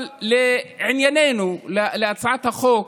אבל לענייננו, להצעת החוק: